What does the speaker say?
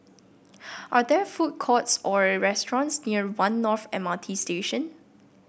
are there food courts or restaurants near One North M R T Station